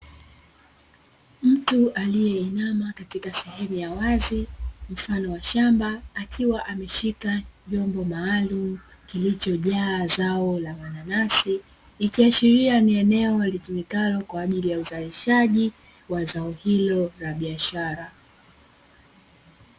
Mtu aliyeinama katika sehemu ya wazi mfano wa shamba, akiwa ameshika chombo maalumu; kilichojaa zao la mananasi, ikiashiria ni eneo litumikalo kwa ajili ya uzalishaji wa zao hilo la biashara.